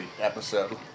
episode